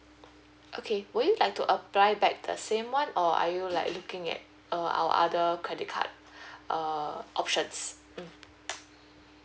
okay would you like to apply back the same one or are you like looking at err our other credit card err options mm